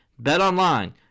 BetOnline